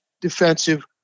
Defensive